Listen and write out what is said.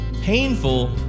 painful